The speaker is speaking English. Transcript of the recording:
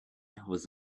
was